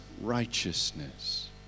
righteousness